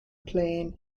plain